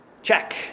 Check